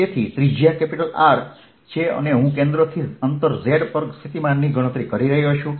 તેથી આ ત્રિજ્યા R છે અને હું કેન્દ્રથી અંતર z પર સ્થિતિમાનની ગણતરી કરી રહ્યો છું